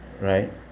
right